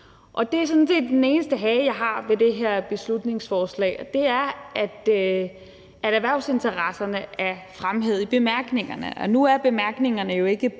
Det er sådan set den eneste hage, der er ved det her beslutningsforslag, nemlig at erhvervsinteresserne er fremhævet i bemærkningerne. Nu er bemærkningerne jo ikke